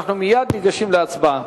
אנחנו מייד ניגשים להצבעה.